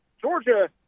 Georgia